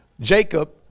Jacob